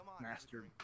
master